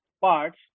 parts